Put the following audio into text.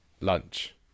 Lunch